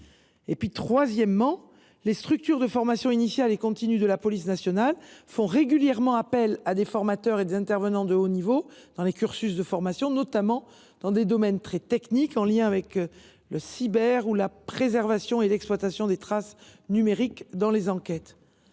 d’emplois. Troisième axe, les structures de formation initiale et continue de la police nationale font régulièrement appel à des formateurs et des intervenants de haut niveau dans les cursus de formation, notamment dans des domaines très techniques en lien avec le cyber ou la préservation et l’exploitation des traces numériques dans les enquêtes.